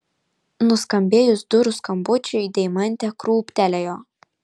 nuskambėjus durų skambučiui deimantė krūptelėjo